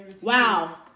Wow